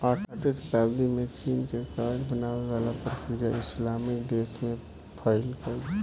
आठवीं सताब्दी में चीन के कागज बनावे वाला प्रक्रिया इस्लामिक देश में फईल गईल